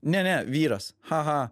ne ne vyras ha ha